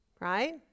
right